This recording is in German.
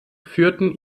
führten